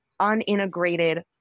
unintegrated